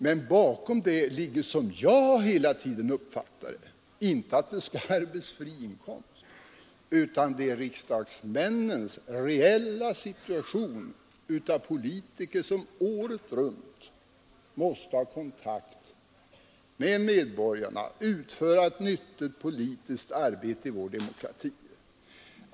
Men bakom det ligger — som jag hela tiden uppfattar det — inte att vi skall ha arbetsfri inkomst, utan riksdagsmännens reella situation som politiker, som året runt måste ha kontakt med medborgarna och utföra nyttigt politiskt arbete i vår demokrati.